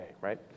right